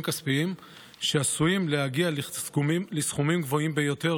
כספיים שעשויים להגיע לסכומים גבוהים ביותר,